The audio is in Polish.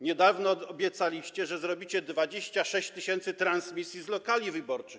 Niedawno obiecaliście, że zrobicie 26 tys. transmisji z lokali wyborczych.